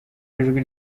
w’ijwi